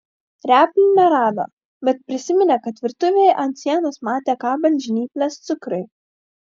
replių nerado bet prisiminė kad virtuvėje ant sienos matė kabant žnyples cukrui